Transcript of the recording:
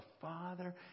father